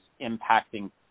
impacting